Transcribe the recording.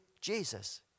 Jesus